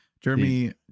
Jeremy